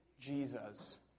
Jesus